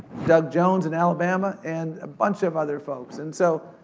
doug jones in alabama, and a bunch of others folks. and so,